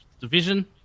Division